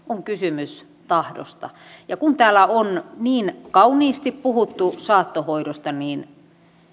on kysymys tahdosta kun täällä on niin kauniisti puhuttu saattohoidosta niin